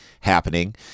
happening